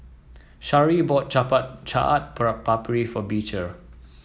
Sharee bought Chaat Papri for Beecher